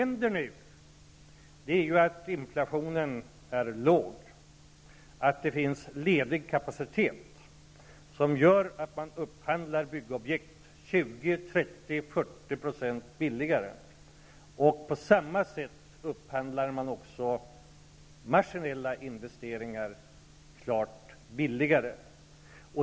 Nu är inflationen låg och det finns ledig kapacitet som gör att man upphandlar byggobjekt 20, 30, 40 % billigare. På samma sätt upphandlar man också maskinella investeringar klart billigare.